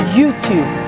YouTube